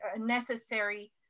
necessary